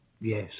Yes